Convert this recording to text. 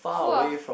full of